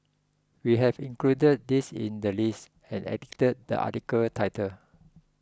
we have included this in the list and edited the article title